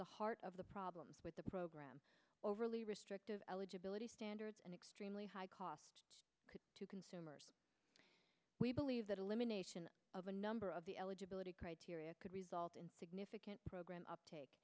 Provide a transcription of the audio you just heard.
the heart of the problem with the program overly restrictive eligibility standards and extremely high cost to consumers we believe that elimination of a number of the eligibility criteria could result in significant program uptake